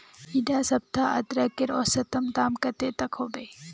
इडा सप्ताह अदरकेर औसतन दाम कतेक तक होबे?